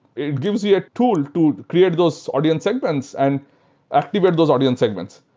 it gives you a tool to create those audience segments and activate those audience segments.